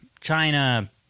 China